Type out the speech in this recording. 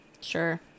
Sure